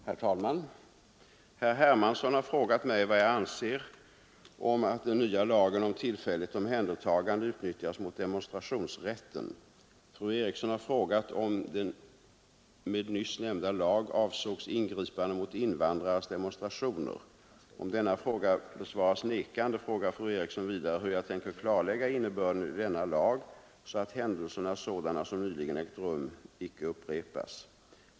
Herr talman! Herr Hermansson har frågat mig vad jag anser om att den nya lagen om tillfälligt omhändertagande utnyttjas mot demonstrationsrätten. Fru Eriksson i Stockholm har frågat om det med nyss nämnda lag avsågs ingripande mot invandrares demonstrationer. Om denna fråga besvaras nekande, frågar fru Eriksson vidare hur jag tänker klarlägga innebörden i denna lag, så att händelser sådana som nyligen ägt rum icke upprepas.